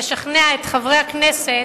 לשכנע את חברי הכנסת,